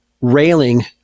railing